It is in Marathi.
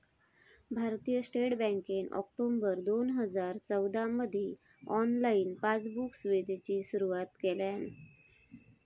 भारतीय स्टेट बँकेन ऑक्टोबर दोन हजार चौदामधी ऑनलाईन पासबुक सुविधेची सुरुवात केल्यान